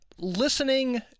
listening